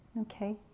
Okay